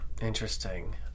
Interesting